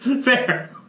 Fair